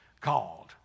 called